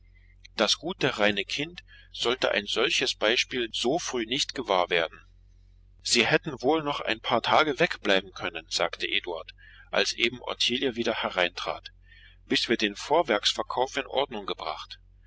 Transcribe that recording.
das gute reine kind sollte ein solches beispiel so früh nicht gewahr werden sie hätten wohl noch ein paar tage wegbleiben können sagte eduard als eben ottilie wieder hereintrat bis wir den vorwerksverkauf in ordnung gebracht